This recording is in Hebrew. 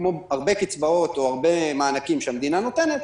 כמו הרבה קצבאות או מענקים שהמדינה נותנת,